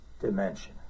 dimension